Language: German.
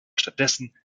stattdessen